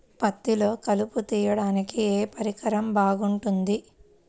పత్తిలో కలుపు తీయడానికి ఏ పరికరం బాగుంటుంది?